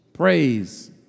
Praise